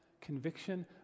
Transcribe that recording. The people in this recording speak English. conviction